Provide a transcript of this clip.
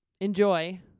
enjoy